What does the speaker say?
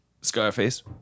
Scarface